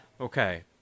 Okay